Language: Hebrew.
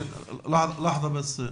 בבקשה נבילה.